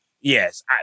yes